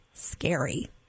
Scary